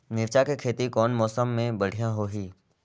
मिरचा के खेती कौन मौसम मे बढ़िया होही?